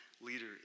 Leader